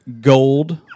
gold